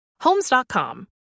Homes.com